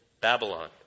Babylon